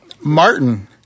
Martin